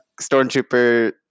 stormtrooper